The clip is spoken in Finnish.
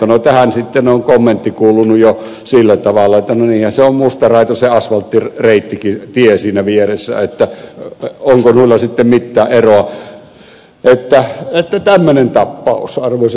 no tähän sitten on kommentti kuulunut jo sillä tavalla että no niinhän se on musta raita se asfalttireittikin tie siinä vieressä että onko noilla sitten mittään eroa